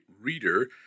reader